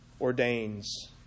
ordains